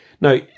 now